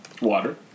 Water